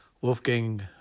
Wolfgang